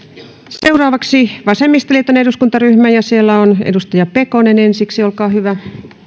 seuraavaksi vasemmistoliiton eduskuntaryhmä ja siellä on ensiksi edustaja pekonen olkaa hyvä